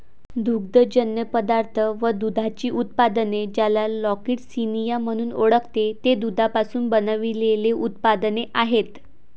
दुग्धजन्य पदार्थ व दुधाची उत्पादने, ज्याला लॅक्टिसिनिया म्हणून ओळखते, ते दुधापासून बनविलेले उत्पादने आहेत